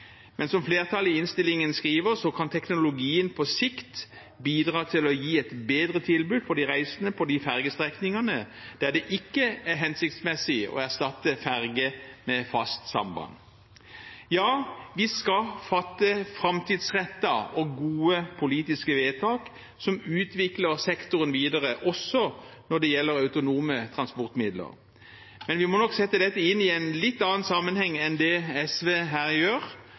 men som flertallet i innstillingen skriver, kan teknologien på sikt bidra til å gi et bedre tilbud for de reisende på de fergestrekningene der det ikke er hensiktsmessig å erstatte ferge med fast samband. Vi skal fatte framtidsrettede og gode politiske vedtak, som utvikler sektoren videre også når det gjelder autonome transportmidler. Men vi må nok sette dette inn i en litt annen sammenheng enn det SV gjør her,